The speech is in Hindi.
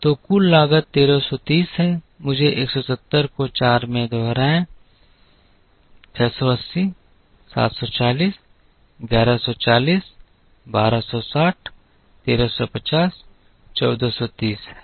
तो कुल लागत 1330 है मुझे 170 को 4 में दोहराएँ 680 740 1140 1260 13501430 है